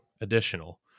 additional